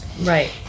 right